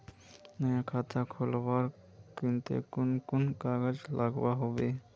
नया खाता खोलवार केते कुन कुन कागज लागोहो होबे?